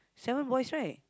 seven boys right